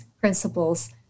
principles